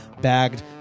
bagged